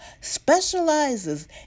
specializes